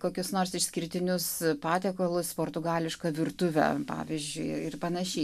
kokius nors išskirtinius patiekalus portugališką virtuvę pavyzdžiui ir panašiai